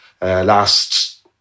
last